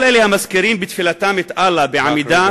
כל אלה המזכירים בתפילתם את אללה בעמידה,